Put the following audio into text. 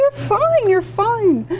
you're fine, you're fine.